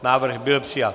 Návrh byl přijat.